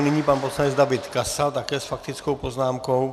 Nyní pan poslanec David Kasal také s faktickou poznámkou.